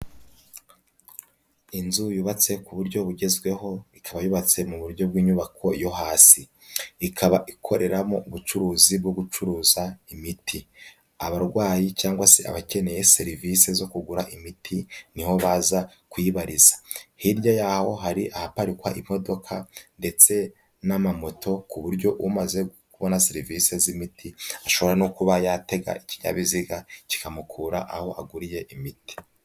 Inzu yubatse ku buryo bugezweho ikaba yubatse mu buryo bw'inyubako yo hasi, ikaba ikoreramo ubucuruzi bwo gucuruza imiti, abarwayi cyangwa se abakeneye serivisi zo kugura imiti niho baza kuyibariza, hirya y'aho hari ahaparikwa imodoka ndetse n'amamoto ku buryo umaze kubona serivisi z'imiti ashobora no kuba yatega ikinyabiziga kikamukura aho aguriye imiti.